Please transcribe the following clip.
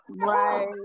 Right